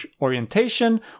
orientation